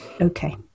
Okay